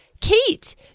Kate